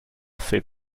said